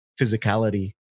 physicality